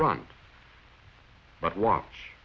front but watch